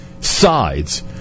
sides